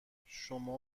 شما